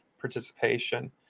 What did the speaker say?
participation